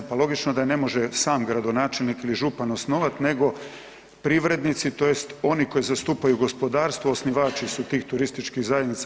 Pa logično da ne može sam gradonačelnik ili župan osnovati nego privrednici, tj. oni koji zastupaju gospodarstvo, osnivači su tih turističkih zajednica.